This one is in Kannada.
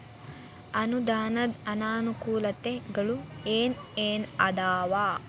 ಅನುದಾನದ್ ಅನಾನುಕೂಲತೆಗಳು ಏನ ಏನ್ ಅದಾವ?